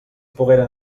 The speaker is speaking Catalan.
pogueren